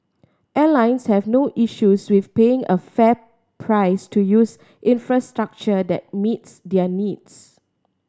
airlines have no issues with paying a fair price to use infrastructure that meets their needs